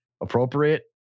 Appropriate